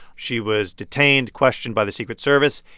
she was detained, questioned by the secret service.